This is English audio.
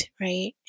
right